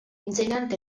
insegnante